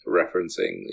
referencing